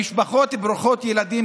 משפחות ברוכות ילדים,